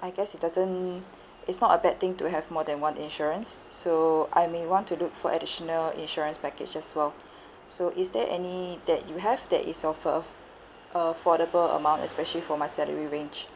I guess it doesn't it's not a bad thing to have more than one insurance so I may want to look for additional insurance package as well so is there any that you have that is of of affordable amount especially for my salary range